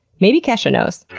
maybe kesha knows.